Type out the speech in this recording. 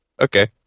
Okay